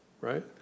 right